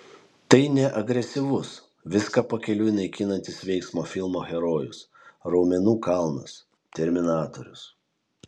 tai ne agresyvus viską pakeliui naikinantis veiksmo filmų herojus raumenų kalnas terminatorius